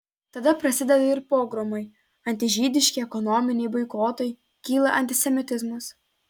tada prasideda ir pogromai antižydiški ekonominiai boikotai kyla antisemitizmas